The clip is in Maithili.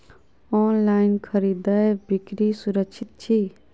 ऑनलाइन खरीदै बिक्री सुरक्षित छी